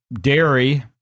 dairy